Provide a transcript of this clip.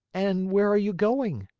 and where are you going?